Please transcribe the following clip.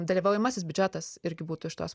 dalyvaujamasis biudžetas irgi būtų iš tos